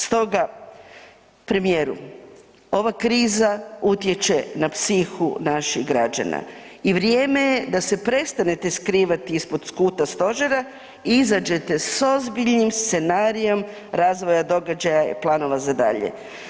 Stoga premijeru, ova kriza utječe na psihu naših građana i vrijeme je da se prestanete skrivati ispod skuta Stožera, izađete s ozbiljnim scenarijem razvoja događaja i planova za dalje.